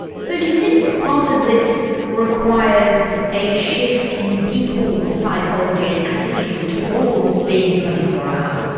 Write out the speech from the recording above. so do you think part of this requires a shift in people's psychology and attitude towards being twenty four hour?